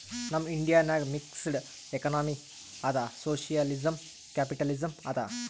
ನಮ್ ಇಂಡಿಯಾ ನಾಗ್ mixed economy ಅದಾ ಸೋಶಿಯಲಿಸಂ, ಕ್ಯಾಪಿಟಲಿಸಂ ಅದಾ